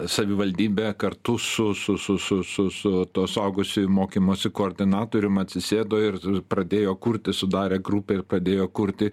savivaldybė kartu su su su su su su tuo suaugusiųjų mokymosi koordinatorium atsisėdo ir pradėjo kurti sudarė grupę ir pradėjo kurti